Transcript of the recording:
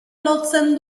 lotzen